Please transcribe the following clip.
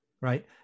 right